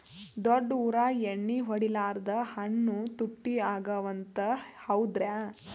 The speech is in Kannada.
ದೊಡ್ಡ ಊರಾಗ ಎಣ್ಣಿ ಹೊಡಿಲಾರ್ದ ಹಣ್ಣು ತುಟ್ಟಿ ಅಗವ ಅಂತ, ಹೌದ್ರ್ಯಾ?